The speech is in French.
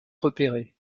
repérer